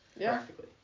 practically